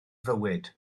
fywyd